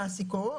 ממעסיקו,